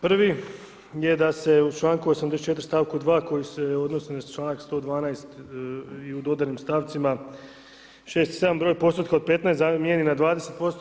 Prvi je da se u članku 84. stavku 2. koji se odnosi na članak 112. i u dodanim stavcima 6. i 7. broj postotka od 15 zamijeni sa 20%